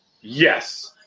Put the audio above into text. Yes